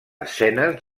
escenes